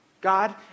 God